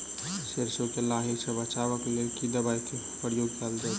सैरसो केँ लाही सऽ बचाब केँ लेल केँ दवाई केँ प्रयोग कैल जाएँ छैय?